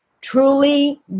truly